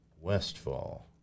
Westfall